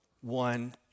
one